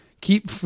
keep